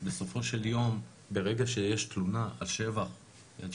בסופו של יום ברגע שיש תלונה -- על שימוש